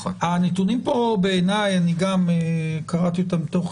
הנתונים פה גם אני קראתי אותם תוך